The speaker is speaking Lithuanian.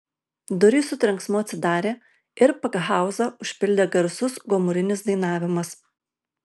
durys su trenksmu atsidarė ir pakhauzą užpildė garsus gomurinis dainavimas